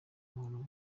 muhoro